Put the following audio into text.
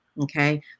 okay